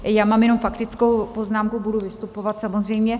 Já mám jenom faktickou poznámku, budu vystupovat samozřejmě.